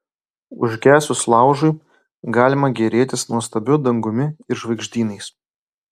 užgesus laužui galima gėrėtis nuostabiu dangumi ir žvaigždynais